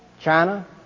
China